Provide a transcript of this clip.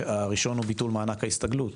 הראשון הוא ביטול מענק ההסתגלות,